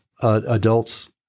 adults